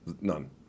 None